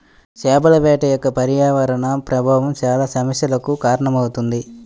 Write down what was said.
చేపల వేట యొక్క పర్యావరణ ప్రభావం చాలా సమస్యలకు కారణమవుతుంది